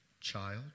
Child